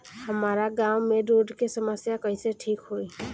हमारा गाँव मे रोड के समस्या कइसे ठीक होई?